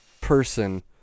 person